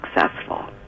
successful